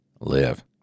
live